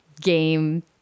game